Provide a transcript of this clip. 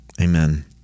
Amen